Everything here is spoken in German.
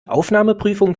aufnahmeprüfung